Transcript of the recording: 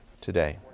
today